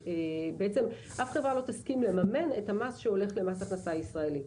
ולכן אף חברה לא תסכים לממן את המס שהולך למס ההכנסה הישראלי.